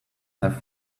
have